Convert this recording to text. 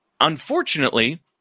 unfortunately